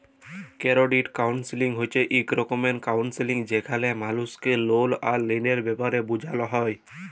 credit counselling হছে ইক রকমের কাউলসেলিংযেখালে মালুসকে লল আর ঋলের ব্যাপারে বুঝাল হ্যয়